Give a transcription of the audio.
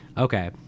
Okay